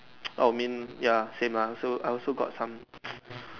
oh mean ya same lah so I also got some